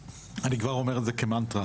אני כבר אומר את זה כמנטרה,